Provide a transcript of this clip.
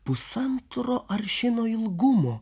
pusantro aršino ilgumo